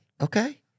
Okay